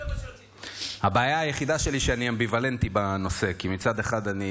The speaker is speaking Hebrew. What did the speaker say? זה מה שרציתי לשמוע.